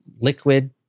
liquid